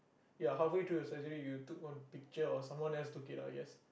ya halfway through the surgery you took one picture or someone else took it I guess